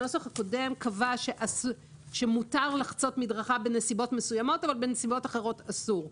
הקודם קבע שמותר לחצות מדרכה בנסיבות מסוימות אבל בנסיבות אחרות אסור.